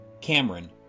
Cameron